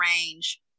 range